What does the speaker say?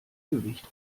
gewicht